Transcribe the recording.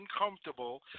uncomfortable